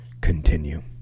continue